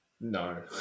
No